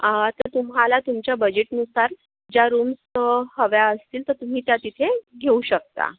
अं तर तुम्हाला तुमच्या बजेटनुसार ज्या रूम्स अं हव्या असतील तर तुम्ही त्या तिथे घेऊ शकता